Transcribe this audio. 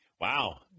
Wow